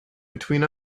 between